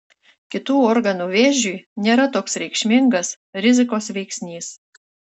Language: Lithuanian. kitų organų vėžiui nėra toks reikšmingas rizikos veiksnys